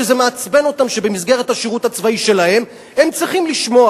שזה מעצבן אותם שבמסגרת השירות הצבאי שלהם הם צריכים לשמוע,